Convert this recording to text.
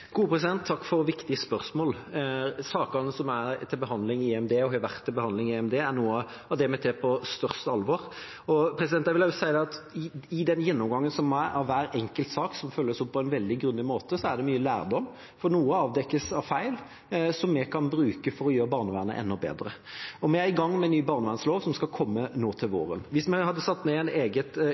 Takk for et viktig spørsmål. Sakene som er og har vært til behandling i EMD, er noe av det vi tar på største alvor. Jeg vil også si at i den gjennomgangen som er av hver enkelt sak, som følges opp på en veldig grundig måte, er det mye lærdom, for noen av feilene som avdekkes, kan vi bruke for å gjøre barnevernet enda bedre. Vi er i gang med arbeidet med en ny barnevernslov, som skal komme nå til våren. Hvis vi hadde satt ned et eget